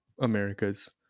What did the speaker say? America's